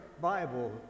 Bible